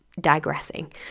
digressing